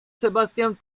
sebastian